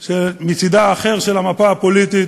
של המפה הפוליטית,